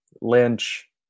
Lynch